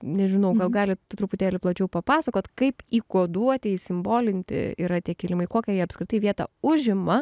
nežinau gal gali truputėlį plačiau papasakoti kaip į kuoduotieji simbolinti yra tie kilimai kokią jie apskritai vietą užima